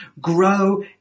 grow